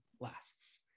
lasts